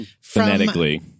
Phonetically